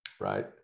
Right